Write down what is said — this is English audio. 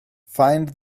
find